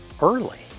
early